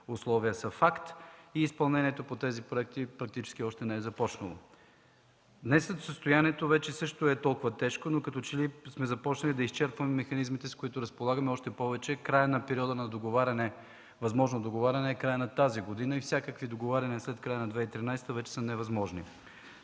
условия са факт и изпълнението по тези проекти практически още не е започнало. Днес състоянието също е толкова тежко, но като че ли сме започнали да изчерпваме механизмите, с които разполагаме. Още повече, краят на периода на възможното договаряне е в края на тази година и всякакви договаряния след края на 2013 г. са невъзможни.